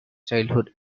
childhood